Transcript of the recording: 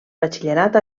batxillerat